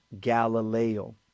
Galileo